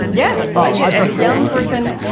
yes, i did, as a young person.